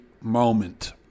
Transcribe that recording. moment